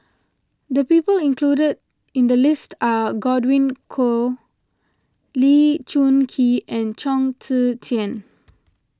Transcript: the people included in the list are Godwin Koay Lee Choon Kee and Chong Tze Chien